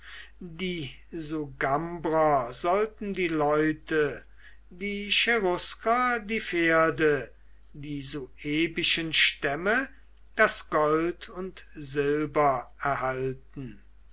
die sugambrer sollten die leute die cherusker die pferde die suebischen stämme das gold und silber erhalten